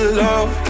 love